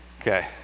Okay